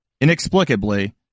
inexplicably